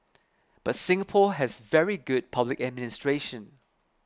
but Singapore has very good public administration